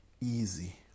easy